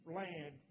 land